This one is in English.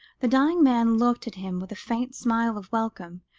the dying man looked at him with a faint smile of welcome,